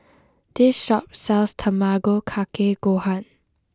this shop sells Tamago Kake Gohan